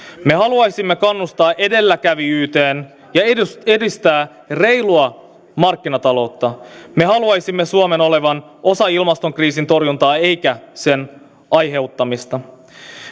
me haluaisimme kannustaa edelläkävijyyteen ja edistää reilua markkinataloutta me haluaisimme suomen olevan osa ilmastokriisin torjuntaa eikä sen aiheuttamista